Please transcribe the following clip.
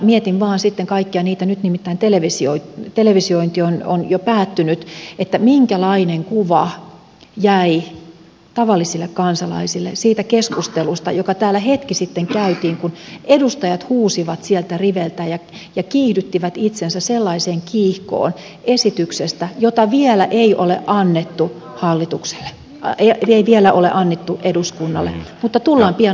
mietin vain sitten nyt nimittäin televisiointi on jo päättynyt minkälainen kuva jäi tavallisille kansalaisille siitä keskustelusta joka täällä hetki sitten käytiin kun edustajat huusivat sieltä riveiltä ja kiihdyttivät itsensä sellaiseen kiihkoon esityksestä jota vielä ei ole annettu hallitukselle ae eli vielä ole annettu eduskunnalle mutta tullaan pian antamaan